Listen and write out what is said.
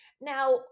Now